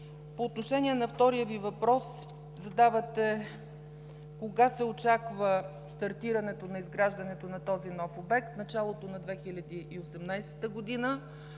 По отношение на втория Ви въпрос, който задавате: кога се очаква стартирането на изграждането на този нов обект? В началото на 2018 г.